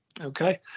okay